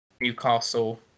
Newcastle